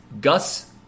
Gus